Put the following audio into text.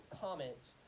comments